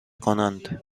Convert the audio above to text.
کنند